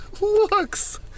looks